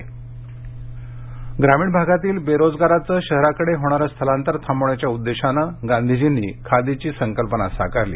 चरखा चंद्रपुर् ग्रामीण भागातील बेरोजगारांचं शहराकडे होणारं स्थलांतर थांबवण्याच्या उद्देशानं गांधींजींनी खादीची संकल्पना साकारली